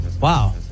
Wow